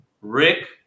Rick